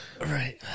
Right